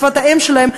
שפת האם שלהם,